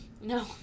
No